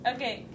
Okay